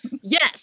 Yes